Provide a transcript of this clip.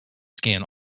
scan